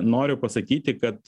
noriu pasakyti kad